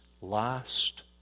last